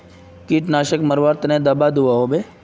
कीटनाशक मरवार तने दाबा दुआहोबे?